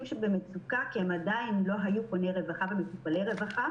שנמצאים במצוקה כי הם עדיין לא היו פוני רווחה ומטופלי רווחה,